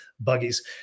Buggies